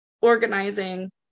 organizing